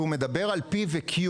כשהוא מדבר על P ו-Q,